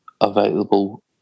available